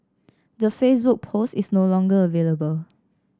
the Facebook post is no longer available